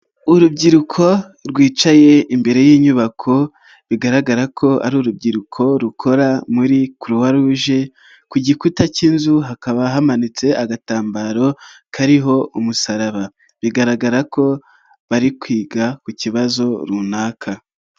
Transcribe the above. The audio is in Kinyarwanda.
Urubyiruko rwicaye imbere y'inyubako bigaragara ko ari urubyiruko rukora muri Croix Rouge, ku gikuta k'inzu hakaba hamanitse agatambaro kariho umusaraba bigaragara ko bari kwiga ku kibazo runaka.